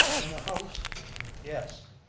in the house yes,